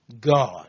God